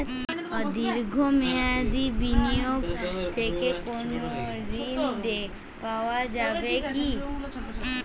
দীর্ঘ মেয়াদি বিনিয়োগ থেকে কোনো ঋন পাওয়া যাবে কী?